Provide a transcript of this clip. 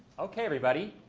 okay everybody.